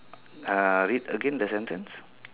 uh read again the sentence